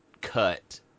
cut